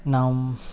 ನಾವು